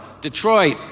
Detroit